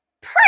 pray